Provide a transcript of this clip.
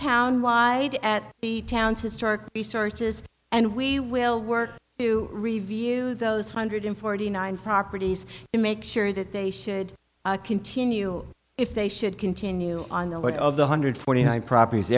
town wide at the town's historic resources and we will work to review those hundred forty nine properties to make sure that they should continue if they should continue on the work of the hundred forty nine properties